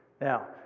Now